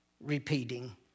repeating